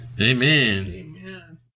Amen